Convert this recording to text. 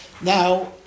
Now